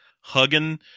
hugging